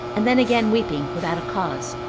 and then again weeping without a cause,